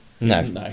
No